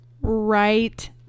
Right